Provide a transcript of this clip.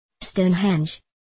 Stonehenge